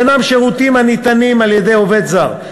שאינם שירותים הניתנים על-ידי עובד זר,